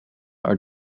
are